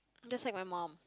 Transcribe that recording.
just like my mum